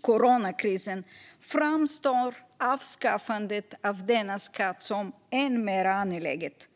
coronakrisen, framstår avskaffandet av denna skadliga skatt som än mer angeläget.